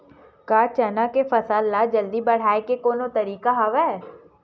का चना के फसल ल जल्दी बढ़ाये के कोनो तरीका हवय?